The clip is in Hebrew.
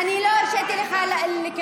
אני לא הרשיתי לך להיכנס,